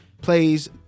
plays